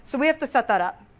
so we have to set that up